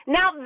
Now